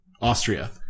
Austria